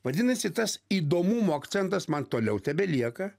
vadinasi tas įdomumo akcentas man toliau tebelieka